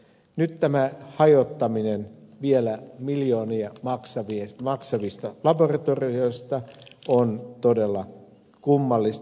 nyt vielä tämä miljoonia maksavien laboratorioiden hajottaminen on todella kummallista